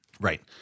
Right